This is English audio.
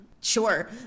Sure